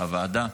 שאישרה הוועדה.